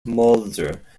mulder